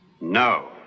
No